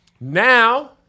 now